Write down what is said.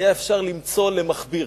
היה אפשר למצוא למכביר.